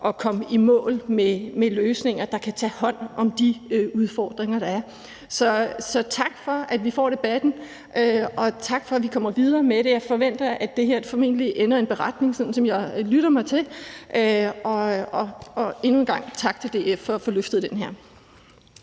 at komme i mål med løsninger, der kan tage hånd om de udfordringer, der er. Så tak for, at vi får debatten, og tak for, at vi kommer videre med det. Jeg forventer, at det her – som jeg lytter mig til – ender i en beretning. Endnu en gang tak til DF for at løfte det her.